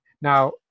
now